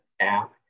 app